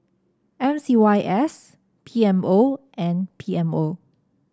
M C Y S P M O and P M O